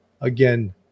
again